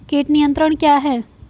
कीट नियंत्रण क्या है?